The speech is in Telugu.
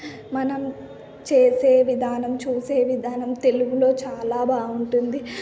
మనం చేసే విధానం చూసే విధానం తెలుగులో చాలా బాగుంటుంది